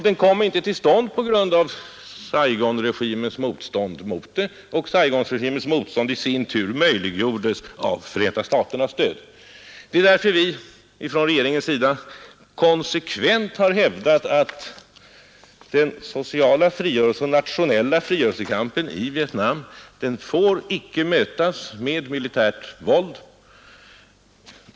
Det berodde på Saigonregimens motstånd mot det, och Saigonregimens motstånd i sin tur möjliggjordes av Förenta staternas stöd. Det är därför regeringen konsekvent har hävdat att den sociala frigörelsen och den nationella frigörelsekampen i Vietnam icke får mötas med militärt våld.